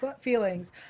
feelings